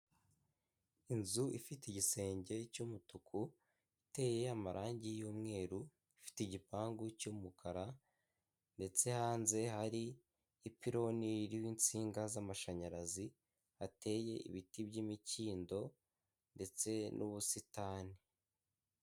Inzu ifite igisenge cy'umutuku iteye amarangi y'umweru ifite igipangu cy'umukara ndetse hanze hari ipironi ry'insinga z'amashanyarazi hateye ibiti by'imikindo ndetse n'ubusitani.